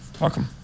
welcome